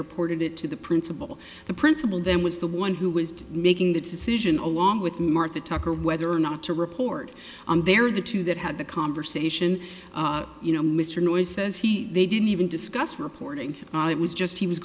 reported it to the principal the principal then was the one who was making the decision along with martha tucker whether or not to report on there the two that had the conversation you know mr noyes says he they didn't even discuss reporting it was just he was